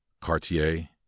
cartier